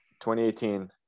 2018